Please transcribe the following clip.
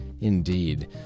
Indeed